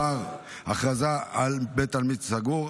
הכרזה על בית עלמין סגור),